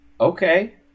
Okay